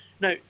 Now